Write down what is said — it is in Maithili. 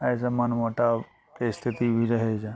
अइसँ मनमुटावके स्थिति भी रहइए